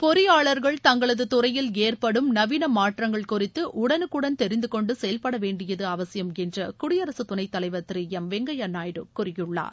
பொறியாளர்கள் தங்களது துறையில் ஏற்படும் நவீன மாற்றங்கள் குறித்து உடனுக்குடன் தெரிந்து கொண்டு செயல்படவேண்டியது அவசியம் என்று குடியரசு துணைத் தலைவர் திரு எம் வெங்கைய்யா நாயுடு கூறியுள்ளார்